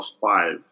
five